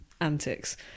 antics